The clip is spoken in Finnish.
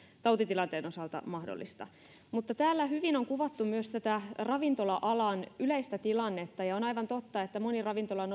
tautitilanteen osalta mahdollista täällä on kuvattu hyvin myös tätä ravintola alan yleistä tilannetta ja on aivan totta että moni ravintola on